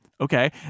okay